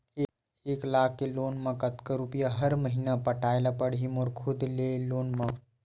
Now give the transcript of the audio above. एक लाख के लोन मा कतका रुपिया हर महीना पटाय ला पढ़ही मोर खुद ले लोन मा?